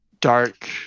dark